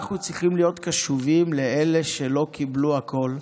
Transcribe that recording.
אנחנו צריכים להיות קשובים לאלה שלא קיבלו הכול,